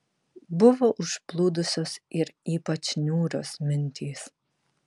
buvo užplūdusios ir ypač niūrios mintys